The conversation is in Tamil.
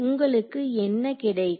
உங்களுக்கு என்ன கிடைக்கும்